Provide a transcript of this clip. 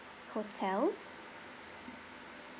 hotel